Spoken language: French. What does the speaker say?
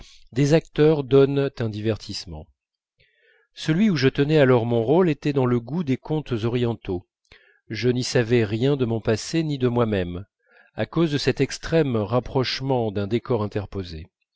des acteurs donnent un divertissement celui où je tenais alors mon rôle était dans le goût des contes orientaux je n'y savais rien de mon passé ni de moi-même à cause de cet extrême rapprochement d'un décor interposé